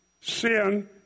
Sin